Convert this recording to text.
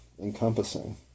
encompassing